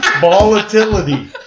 Volatility